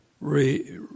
re